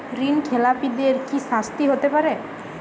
ঋণ খেলাপিদের কি শাস্তি হতে পারে?